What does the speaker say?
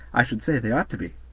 i should say they ought to be.